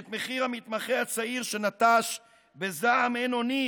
את מחיר המתמחה הצעיר שנטש בזעם אין-אונים